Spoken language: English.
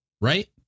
right